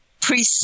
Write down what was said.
pre